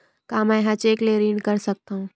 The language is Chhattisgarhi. का मैं ह चेक ले ऋण कर सकथव?